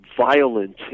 violent